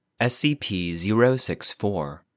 SCP-064